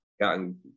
gotten